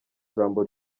ijambo